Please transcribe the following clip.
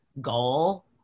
goal